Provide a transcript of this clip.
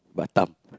batam